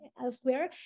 elsewhere